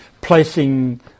placing